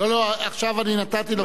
לא, לא, עכשיו אני נתתי לו.